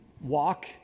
walk